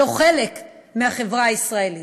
ולא חלק מהחברה הישראלית.